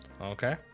Okay